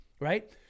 right